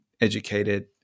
educated